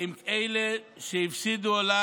עם אלה שאולי